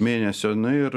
mėnesio nu ir